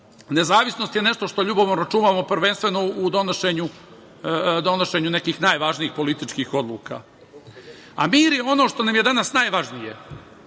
Nezavisnost je nešto što ljubomorno čuvamo, prvenstveno u donošenju nekih najvažnijih političkih odluka. Mir je ono što nam je danas najvažnije. Drago